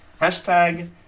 Hashtag